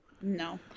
No